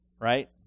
right